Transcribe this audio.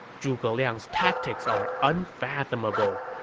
zhuge liang's tactics are unfathomable.